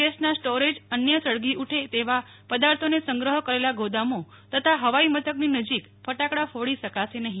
ગેસના સ્ટોરેજ અન્ય સળગી ઉઠે તેવા પદાર્થોને સંગ્રહ કરેલા ગોદામો તથા હવાઈમથકની નજીક ફટાકડા ફોડી શકાશે નહીં